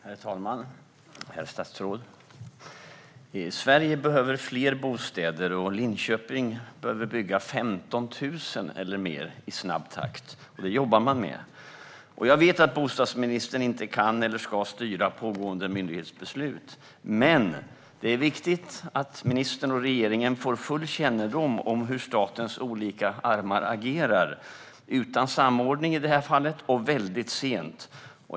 Herr talman! Herr statsråd! Sverige behöver fler bostäder, och Linköping behöver bygga 15 000 eller fler i snabb takt. Det jobbar man med. Jag vet att bostadsministern inte kan eller ska styra pågående myndighetsbeslut. Men det är viktigt att ministern och regeringen får full kännedom om hur statens olika armar agerar, utan samordning - i det här fallet - och väldigt sent.